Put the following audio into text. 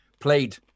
played